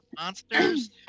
Monsters